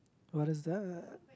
what is that